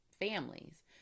families